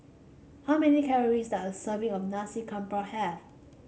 how many calories does serving of Nasi Campur have